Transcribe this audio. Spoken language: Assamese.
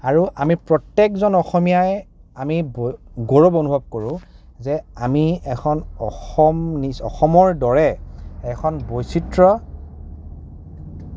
আৰু আমি প্ৰত্যেকজন অসমীয়াই আমি গৌৰৱ অনুভৱ কৰোঁ যে আমি এখন অসম অসমৰ দৰে এখন বৈচিত্ৰ